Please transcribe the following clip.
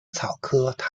莎草科